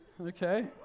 Okay